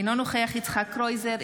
אינו נוכח יצחק קרויזר,